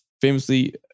famously